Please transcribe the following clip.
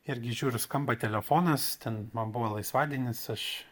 irgi žiūriu skamba telefonas ten man buvo laisvadienis aš